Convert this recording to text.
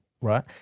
right